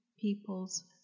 people's